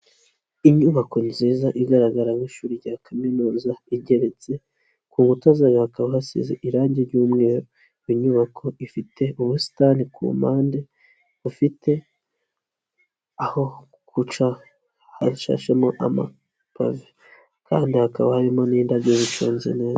Inyubako nziza igaragara nk'Ishuri rya kaminuza igeretse, ku nkuta zayo hakaba hasize irangi ry'umweru, inyubako ifite ubusitani ku mpande, bufite aho guca hashashemo amapave kandi hakaba harimo n'indabyo ziconze neza.